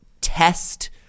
test